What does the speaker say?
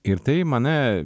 ir tai mane